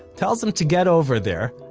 tells him to get over there.